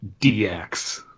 dx